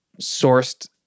sourced